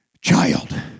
child